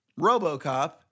RoboCop